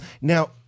Now